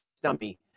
Stumpy